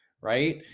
Right